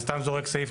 אני סתם זורק סעיף,